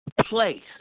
place